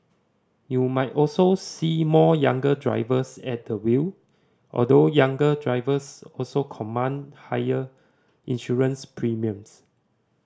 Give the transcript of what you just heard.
you might also see more younger drivers at the wheel although younger drivers also command higher insurance premiums